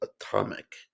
atomic